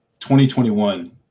2021